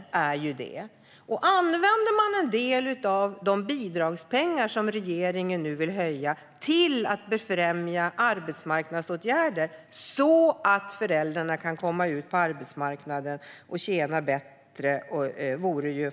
Det vore väldigt bra om man använde en del av de bidragspengar som regeringen nu vill höja till att i stället befrämja arbetsmarknadsåtgärder så att föräldrarna kan komma ut på arbetsmarknaden och tjäna bättre.